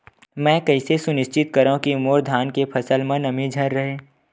मैं कइसे सुनिश्चित करव कि मोर धान के फसल म नमी झन रहे?